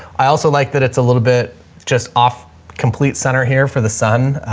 i also like that it's a little bit just off complete center here for the sun.